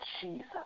Jesus